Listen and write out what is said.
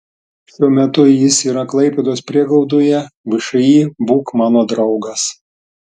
šiuo metu jis yra klaipėdos prieglaudoje všį būk mano draugas